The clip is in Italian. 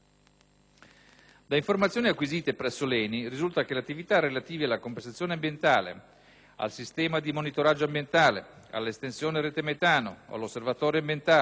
Da informazioni acquisite presso l'ENI, risulta che le attività relative alla compensazione ambientale, al sistema di monitoraggio ambientale, all'estensione della rete metano, all'Osservatorio ambientale,